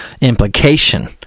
implication